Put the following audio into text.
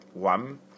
One